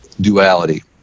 duality